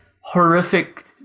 horrific